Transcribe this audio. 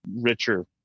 richer